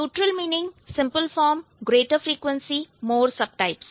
neutral meaning simple form greater frequency more subtypes